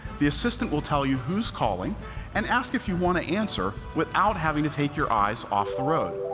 the assistant will tell you who's calling and ask if you want to answer without having to take your eyes off the road.